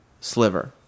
sliver